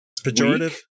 Pejorative